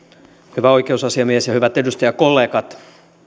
hyvä oikeusasiamies ja hyvät edustajakollegat